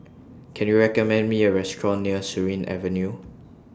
Can YOU recommend Me A Restaurant near Surin Avenue